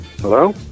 Hello